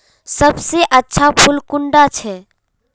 सबसे अच्छा फुल कुंडा छै?